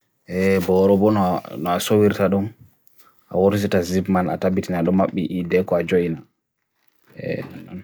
ee, borobu naasawiru tadum aur zeta zip man atabit naadumap bide ko ajwain ee, nan